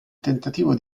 tentativo